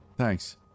Thanks